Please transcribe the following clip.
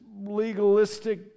legalistic